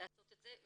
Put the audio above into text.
לעשות את זה.